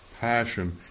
passion